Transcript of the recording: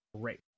great